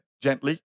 gently